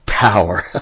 power